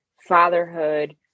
fatherhood